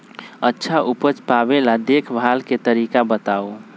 अच्छा उपज पावेला देखभाल के तरीका बताऊ?